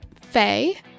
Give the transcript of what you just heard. Faye